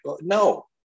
no